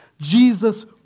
Jesus